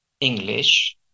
English